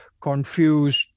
confused